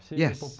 yes.